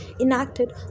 enacted